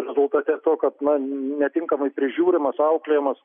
rezultate to kad na netinkamai prižiūrimas auklėjamas